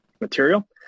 material